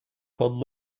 called